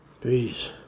Peace